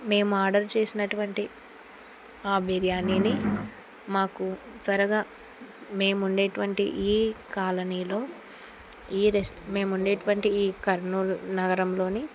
మేము ఆర్డర్ చేసినటువంటి ఆ బిర్యానీని మాకు త్వరగా మేము ఉండేటువంటి ఈ కాలనీలో ఈ రెస్ మేము ఉండేటువంటి ఈ కర్నూలు నగరంలోని